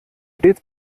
stets